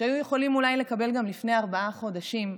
שהיו יכולים אולי לקבל גם לפני ארבעה חודשים,